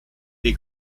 des